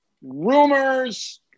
rumors